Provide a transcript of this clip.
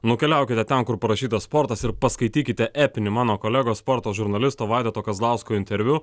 nukeliaukite ten kur parašyta sportas ir paskaitykite epinį mano kolegos sporto žurnalisto vaidoto kazlausko interviu